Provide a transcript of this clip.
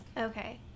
Okay